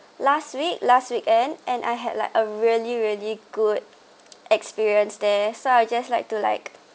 last week last weekend and I had like a really really good experience there so I just like to like